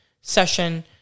session